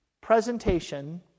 presentation